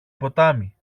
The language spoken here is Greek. ποτάμι